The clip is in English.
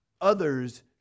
others